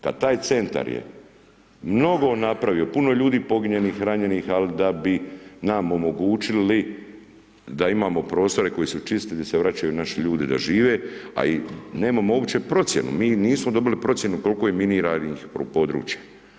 Kad taj Centar je mnogo napravio, puno ljudi poginulih, ranjenih, al da bi nam omogućili da imamo prostore koji su čisti, gdje se vraćaju naši ljudi da žive, a i nemamo uopće procjenu, mi nismo dobili procjenu koliko je miniranih područja.